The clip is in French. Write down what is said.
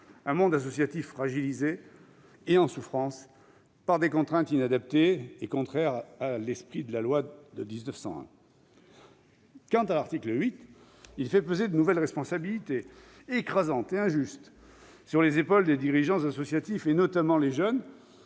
un monde associatif fragilisé et en souffrance par des contraintes inadaptées et contraires à l'esprit de la loi de 1901 ? Quant à l'article 8, il fait peser de nouvelles responsabilités écrasantes et injustes sur les épaules des dirigeants associatifs, et notamment les jeunes,